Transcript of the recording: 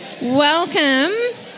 Welcome